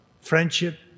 friendship